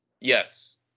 Yes